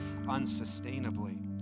unsustainably